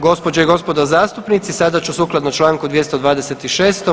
Gospođe i gospodo zastupnici sada ću sukladno članku 226.